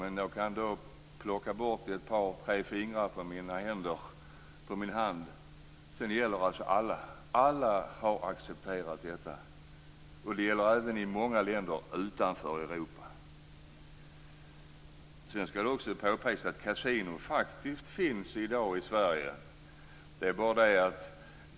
Jag kan räkna dessa länder på min ena hand, även om jag plockar bort ett par tre fingrar. Sedan gäller det alla. Alla har accepterat detta. Det gäller även i många länder utanför Europa. Det skall också påpekas att det faktiskt finns kasinon i dag i Sverige.